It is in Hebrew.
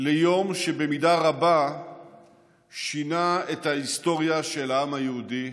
ליום שבמידה רבה שינה את ההיסטוריה של העם היהודי,